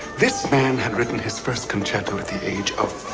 this man had written his first concerto at the age of